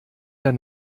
der